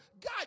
God